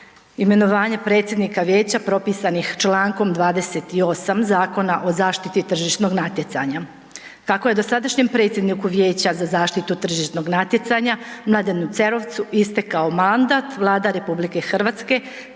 imenovanja predsjednika vijeća propisanih čl. 28. Zakona o zaštiti tržišnog natjecanja. Kako je dosadašnjem predsjedniku Vijeća za zaštitu tržišnog natjecanja M. Cerovcu istekao mandat, Vlada predlaže da se